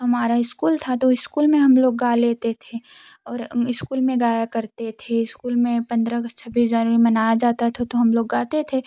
तो हमारा इस्कूल था तो स्कूल में हम लोग गा लेते थे और इस्कूल में गाया करते थे इस्कूल में पंद्रह अगस्त छब्बीस जनवरी मनाया जाता था तो हम लोग गाते थे